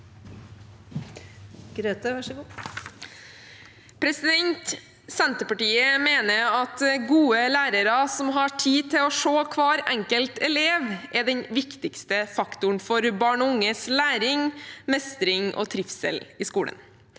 Senterpartiet mener at gode lærere som har tid til å se hver enkelt elev, er den viktigste faktoren for barn og unges læring, mestring og trivsel i skolen,